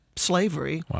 slavery